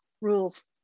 rules